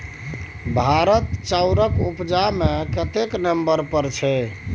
भारत चाउरक उपजा मे कतेक नंबर पर छै?